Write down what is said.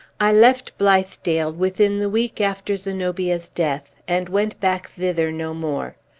i left blithedale within the week after zenobia's death, and went back thither no more.